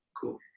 cool